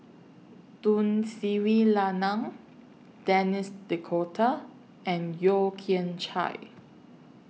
Tun Sri Lanang Denis D'Cotta and Yeo Kian Chye